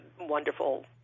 wonderful